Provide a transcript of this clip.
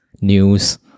news